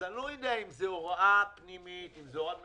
אני לא יודע אם זו הוראה פנימית או הוראת ממשלה,